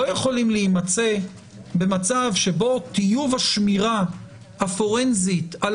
לא יכולים להימצא במצב שבו טיוב השמירה הפורנזית על